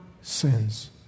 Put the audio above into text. sins